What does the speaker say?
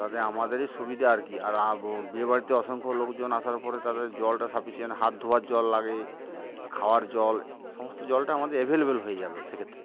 তাতে আমাদেরই সুবিধা আর কি আর বিয়েবাড়িতে অসংখ্য লোকজন আসার পরে তাদের জলটা সাফিসিয়েন্ট হাত ধোয়ার জল লাগে খাওয়ার জল সমস্ত জলটা আমাদের অ্যাভেলেবেল হয়ে যাবে সেক্ষেত্রে